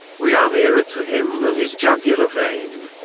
we are nearer to him than his jugular vein.